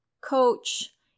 coach